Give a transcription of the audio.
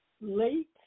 late